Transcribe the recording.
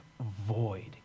void